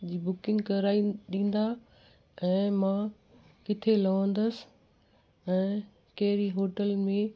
जी booking कराई ॾींदा ऐं मां किथे लहंदसि ऐं कहिड़ी होटल में